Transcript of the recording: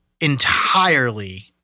entirely